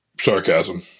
sarcasm